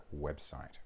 website